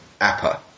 Appa